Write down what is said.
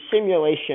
simulation